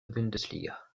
bundesliga